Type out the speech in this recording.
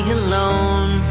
alone